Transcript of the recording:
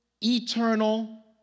eternal